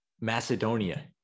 Macedonia